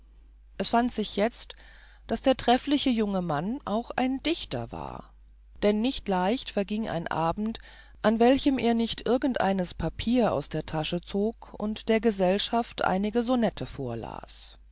es fand sich jetzt daß der treffliche junge mann auch ein dichter war denn nicht leicht verging ein abend an welchem er nicht einiges papier aus der tasche zog und der gesellschaft einige sonette vorlas